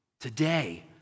Today